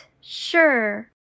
sure